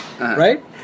right